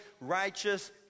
righteous